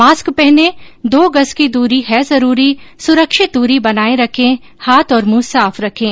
mask पहनें दो गज़ की दूरी है जरूरी सुरक्षित दूरी बनाए रखें हाथ और मुंह साफ रखें